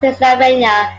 pennsylvania